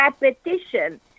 repetition